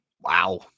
Wow